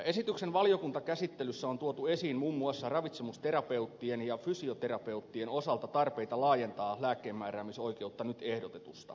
esityksen valiokuntakäsittelyssä on tuotu esiin muun muassa ravitsemusterapeuttien ja fysioterapeuttien osalta tarpeita laajentaa lääkkeenmääräämisoikeutta nyt ehdotetusta